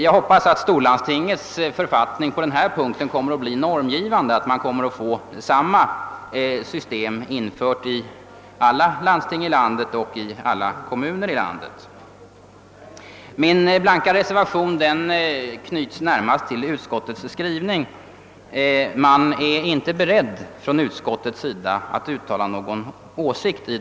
Jag hoppas att storlandstingets författning på denna punkt skall bli normgivande för lagstiftningen, så att samma system kommer att tillämpas i alla landsting och kommuner. Min blanka reservation föranleds närmast av utskottets skrivning. Utskottet är inte berett att uttala någon åsikt i frågan om mandattiderna.